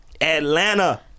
Atlanta